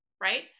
right